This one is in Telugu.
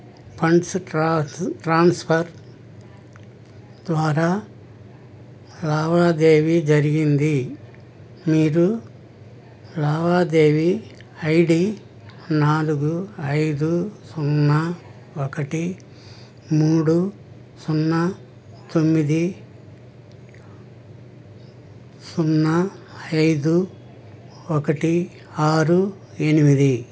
ఫండ్స్ ట్రాన్స్ ట్రాన్స్ఫర్ ద్వారా లావాదేవీ జరిగింది మీరు లావాదేవి ఐడీ నాలుగు ఐదు సున్నా ఒకటి మూడు సున్నా తొమ్మిది సున్నా ఐదు ఒకటి ఆరు ఎనిమిది